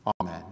Amen